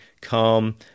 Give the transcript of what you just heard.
calm